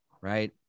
right